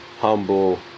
humble